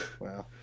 wow